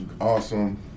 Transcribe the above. awesome